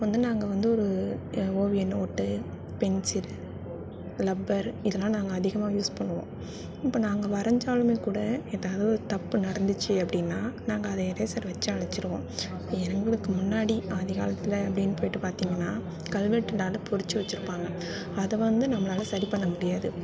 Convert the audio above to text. அப்போ வந்து நாங்கள் வந்து ஒரு ஓவிய நோட்டு பென்சில் லப்பர் இதெல்லாம் நாங்கள் அதிகமாக யூஸ் பண்ணுவோம் இப்போ நாங்கள் வரைஞ்சாலுமே கூட ஏதாவது ஒரு தப்பு நடந்துச்சு அப்படின்னா நாங்கள் அதை எரேசர் வச்சு அழிச்சிடுவோம் எங்களுக்கு முன்னாடி ஆதிகாலத்தில் அப்படின்னு போய்ட்டு பார்த்தீங்கன்னா கல்வெட்டினால பொறிச்சு வச்சிருப்பாங்க அதை வந்து நம்மளால் சரி பண்ண முடியாது